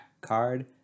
card